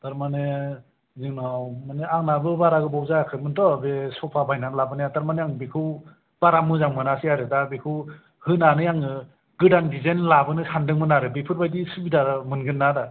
थारमाने जोंनाव माने आंनाबो बारा गोबाव जायाखैमोनथ' बे सफा बायनानै लाबोनाया थारमाने आं बेखौ बारा मोजां मोनासै आरो दा बेखौ होनानै आङो गोदान दिजाइन लाबोनो सानदोंमोन आरो बेफोरबायदि सुबिदा मोनगोन ना आदा